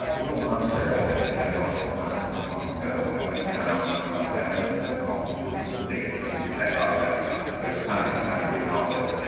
little monster actually had an office not too long ago. i went down ten lists of small business mistakes and checked off every box. but it's time, it's time to get an office.